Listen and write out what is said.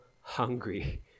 hungry